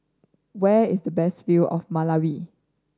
where is the best view of Malawi